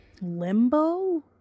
limbo